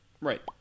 Right